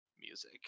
music